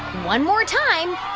one more time.